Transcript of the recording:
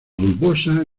bulbosa